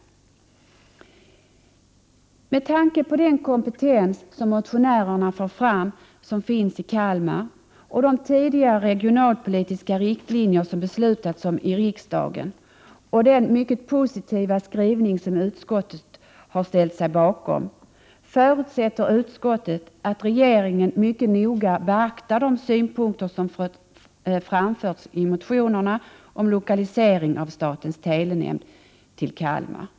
Med tanke på att den kompetens som motionärerna har fört fram finns i Kalmar, de tidigare regionalpolitiska riktlinjerna som beslutades i riksdagen och den mycket positiva skrivning som utskottet har ställt sig bakom, förutsätter utskottet att regeringen mycket noga beaktar de synpunkter som har framförts i motionerna om lokalisering av statens telenämnd till Kalmar.